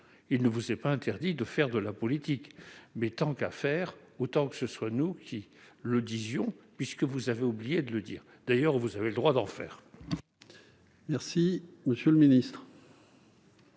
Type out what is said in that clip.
Il ne vous est pas interdit de faire de la politique, mais, tant qu'à faire, autant que ce soit nous qui le rappelions, puisque vous avez oublié de le dire. La parole est à M. le ministre.